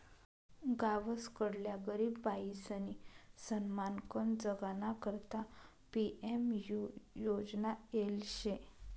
गावसकडल्या गरीब बायीसनी सन्मानकन जगाना करता पी.एम.यु योजना येल शे